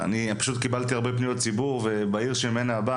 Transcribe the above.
פשוט קיבלתי הרבה פניות ציבור בעיר שממנה אני בא,